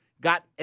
got